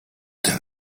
tym